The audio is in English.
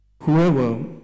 whoever